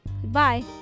Goodbye